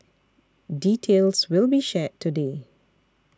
details will be shared today